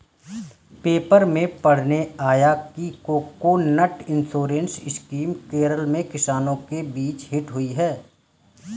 paper में पढ़ने आया कि कोकोनट इंश्योरेंस स्कीम केरल में किसानों के बीच हिट हुई है